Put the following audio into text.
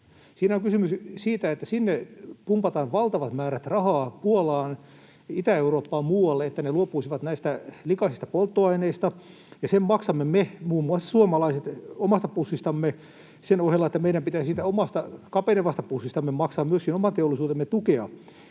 Siinä on kysymys siitä, että sinne pumpataan valtavat määrät rahaa Puolaan, Itä-Eurooppaan muualle, että ne luopuisivat näistä likaisista polttoaineista. Ja sen maksamme me, muun muassa suomalaiset, omasta pussistamme sen ohella, että meidän pitäisi siitä omasta, kapenevasta pussistamme maksaa myöskin oman teollisuutemme tukea.